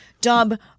dub